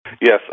Yes